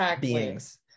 beings